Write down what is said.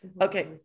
Okay